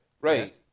right